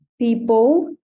people